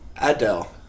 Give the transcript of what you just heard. Adele